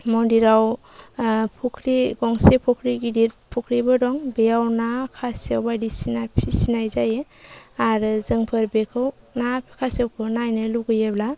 मन्दिराव फ'ख्रि गंसे फ'ख्रि गिदिर फख्रिबो दं बेयाव ना खासेव बायदिसिना फिसिनाय जायो आरो जोंफोर बेखौ ना खासेवखौ नायनो लुबैयोब्ला